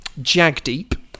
Jagdeep